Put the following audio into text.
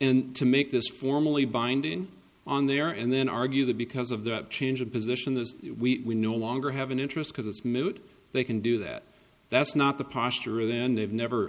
and to make this formally binding on there and then argue that because of that change of position this we no longer have an interest because it's moot they can do that that's not the posture of then they've never